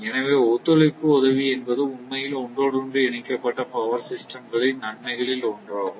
எனவே ஒத்துழைப்பு உதவி என்பது உண்மையில் ஒன்றோடொன்று இணைக்கப்பட்ட பவர் சிஸ்டம் களின் நன்மைகளில் ஒன்றாகும்